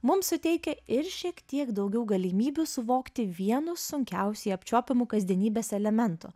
mum suteikia ir šiek tiek daugiau galimybių suvokti vienus sunkiausiai apčiuopiamų kasdienybės elementų